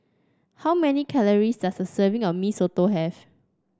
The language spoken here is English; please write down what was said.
how many calories does a serving of Mee Soto have